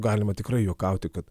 galima tikrai juokauti kad